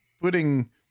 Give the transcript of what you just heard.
putting